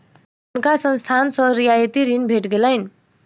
हुनका संस्थान सॅ रियायती ऋण भेट गेलैन